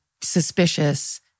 suspicious